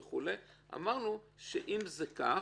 אמרנו שאם זה כך,